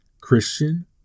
Christian